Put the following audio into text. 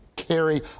carry